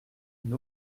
une